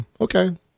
Okay